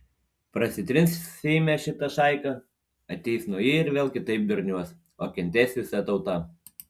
prasitrins seime šita šaika ateis nauji ir vėl kitaip durniuos o kentės visa tauta